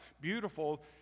beautiful